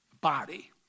body